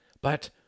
But